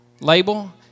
label